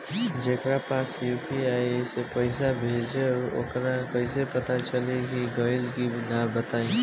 जेकरा पास यू.पी.आई से पईसा भेजब वोकरा कईसे पता चली कि गइल की ना बताई?